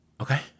Okay